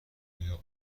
آیا